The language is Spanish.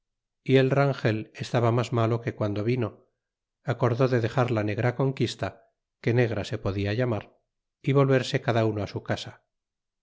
y el rangel estaba mas malo que guando vino acordó de dexar la negra conquista que negra se podia llamar y volverse cada uno su casa